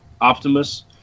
Optimus